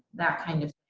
that kind of.